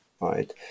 right